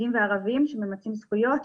יהודים וערבים שממצים זכויות,